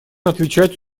отвечать